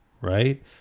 right